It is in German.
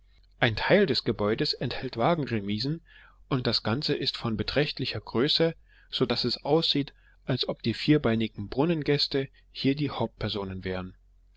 ein teil des gebäudes enthält wagen remisen und das ganze ist von beträchtlicher größe so daß es aussieht als ob die vierbeinigen brunnengäste hier die hauptpersonen wären